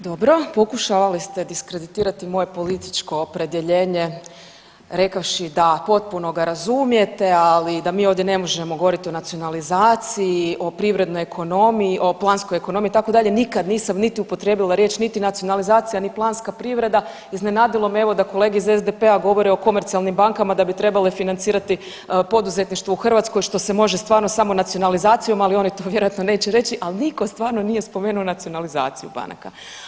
Dobro, pokušavali ste diskreditirati moje političko opredjeljenje rekavši da potpuno ga razumijete, ali da mi ovdje ne možemo govoriti o nacionalizaciji, o privrednoj ekonomiji, o planskoj ekonomiji itd., nikad nisam niti upotrijebila riječ niti nacionalizacija, ni planska privreda, iznenadilo me evo da kolege iz SDP-a govore o komercionalnim bankama da bi trebale financirati poduzetništvo u Hrvatskoj, što se može stvarno samo nacionalizacijom, ali oni to vjerojatno neće reći, ali nitko stvarno nije spomenuo nacionalizaciju banaka.